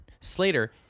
Slater